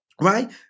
right